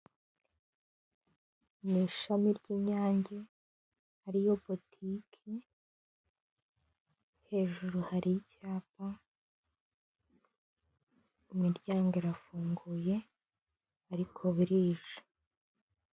Ni ishami ry'inyange, hariyo botike, hejuru hari icyapa, imiryango irafunguye, ariko burije.